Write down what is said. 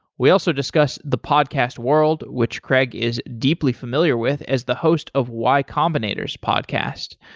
we also discussed the podcast world which craig is deeply familiar with as the host of y combinator s podcast.